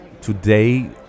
today